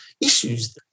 issues